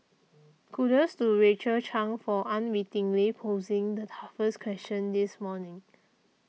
kudos to Rachel Chang for unwittingly posing the toughest question this morning